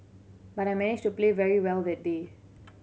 but I managed to play very well that day